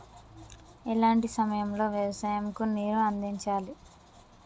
ఎలాంటి సమయం లో వ్యవసాయము కు నీరు అందించాలి?